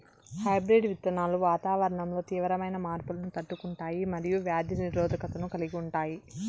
hybrid విత్తనాలు వాతావరణంలో తీవ్రమైన మార్పులను తట్టుకుంటాయి మరియు వ్యాధి నిరోధకతను కలిగి ఉంటాయి